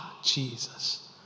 Jesus